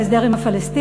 להסדר עם הפלסטינים,